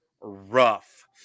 Rough